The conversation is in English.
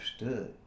understood